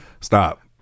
Stop